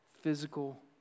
physical